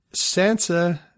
Sansa